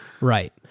Right